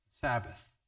Sabbath